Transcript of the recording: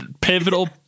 pivotal